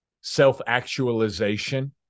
self-actualization